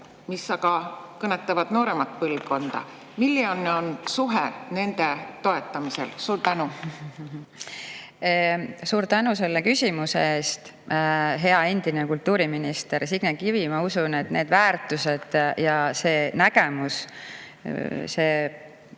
mis kõnetavad [just] nooremat põlvkonda? Milline on suhe nende toetamisel? Suur tänu selle küsimuse eest, hea endine kultuuriminister Signe Kivi! Ma usun, et need väärtused ja see nägemus või